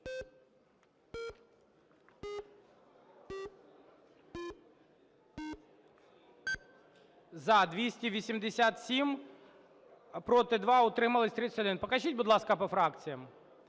За-287 Проти – 2, утримались – 31. Покажіть, будь ласка, по фракціях.